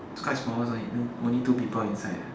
quite small it's like only two people inside leh